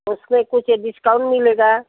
उसमें कुछ डिस्काउन मिलेगा